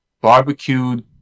Barbecued